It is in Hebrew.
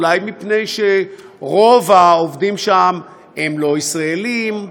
אולי מפני שרוב העובדים שם הם לא ישראלים,